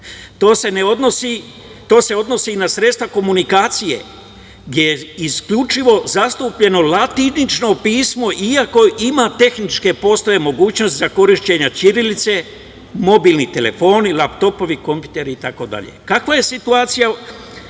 To se odnosi i na sredstva komunikacije gde je isključivo zastupljeno latinično pismo iako ima, postoje tehničke mogućnosti za korišćenje ćirilice, mobilni telefoni, laptopovi, kompjuteri itd. Kakva je situacija